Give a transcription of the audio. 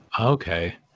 Okay